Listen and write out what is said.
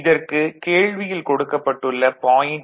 இதற்கு கேள்வியில் கொடுக்கப்பட்டுள்ள 0